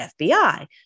fbi